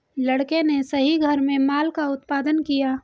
लड़के ने सही घर में माल का उत्पादन किया